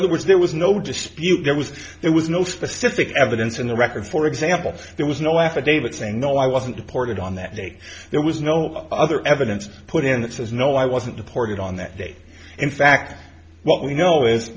other words there was no dispute there was there was no specific evidence in the record for example there was no affidavit saying no i wasn't deported on that day there was no other evidence put in that says no i wasn't deported on that day in fact what we know is